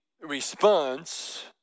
response